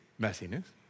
messiness